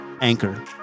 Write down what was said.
Anchor